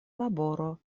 laboro